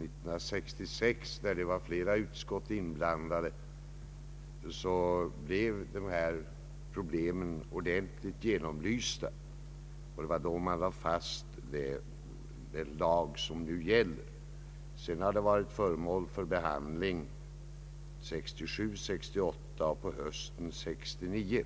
1966 behandlade föreliggande ärende, med flera utskott inblandade, blev de problem det här gäller ordentligt genomlysta och riksdagen antog den nuvarande radiolagen. Ärendet har därefter varit föremål för behandling 1967 och 1968 samt på hösten 1969.